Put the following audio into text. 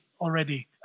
already